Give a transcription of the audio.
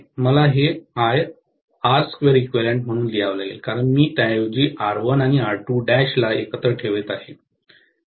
तर मला हे I R2 eq म्हणून लिहावे लागेल कारण मी त्याऐवजी R1 आणि R 2 ला एकत्र ठेवत आहे